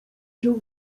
się